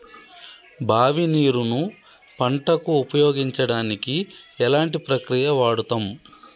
బావి నీరు ను పంట కు ఉపయోగించడానికి ఎలాంటి ప్రక్రియ వాడుతం?